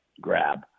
grab